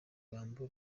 rugambo